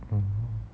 hmm